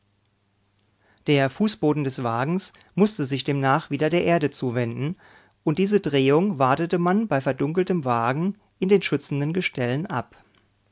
der fußboden des wagens mußte sich demnach wieder der erde zuwenden und diese drehung wartete man bei verdunkeltem wagen in den schützenden gestellen ab